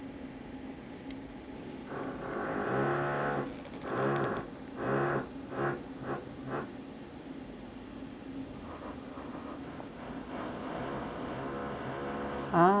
ah